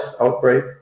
outbreak